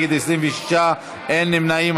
בעד, 66, נגד, 26, אין נמנעים.